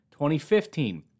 2015